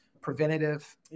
preventative